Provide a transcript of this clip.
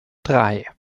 drei